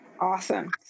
Awesome